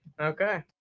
Okay